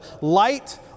light